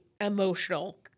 emotional